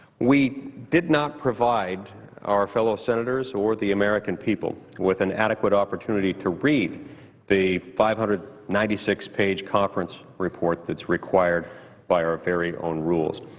we did not provide our fellow senators or the american people with an adequate opportunity to read the five hundred and ninety six page conference report that's required by our very own rules.